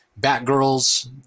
Batgirls